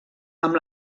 amb